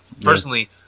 personally